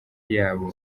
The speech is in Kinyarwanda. yabo